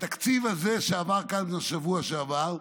בתקציב הזה, שעבר כאן בשבוע שעבר,